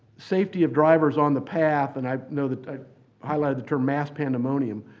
safety of drivers on the path, and i know that i highlighted the term mass pandemonium.